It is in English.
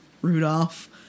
Rudolph